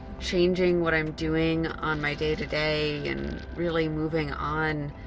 changing what i'm doing on my day to day and really moving on.